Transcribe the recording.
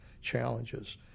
challenges